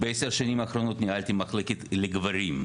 בעשר השנים האחרונות ניהלתי מחלקה לגברים.